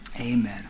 Amen